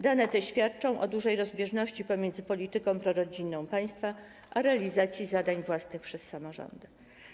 Dane te świadczą o dużej rozbieżności pomiędzy polityką prorodzinną państwa a realizacją zadań własnych przez samorządy.